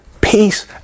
peace